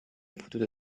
potuto